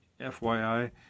FYI